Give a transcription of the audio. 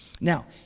Now